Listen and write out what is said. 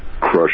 crush